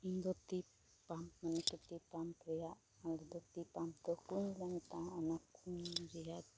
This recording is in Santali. ᱤᱧᱫᱚ ᱛᱤ ᱯᱟᱢᱯ ᱢᱮᱱᱛᱮ ᱛᱤ ᱯᱟᱢᱯ ᱨᱮᱭᱟᱜ ᱱᱚᱸᱰᱮᱫᱚ ᱛᱤ ᱯᱟᱢᱯ ᱫᱚ ᱠᱩᱸᱧᱞᱮ ᱢᱮᱛᱟᱜᱼᱟ ᱚᱱᱟ ᱠᱩᱸᱧ ᱨᱮᱭᱟᱜ